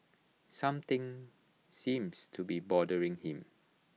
something seems to be bothering him